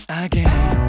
again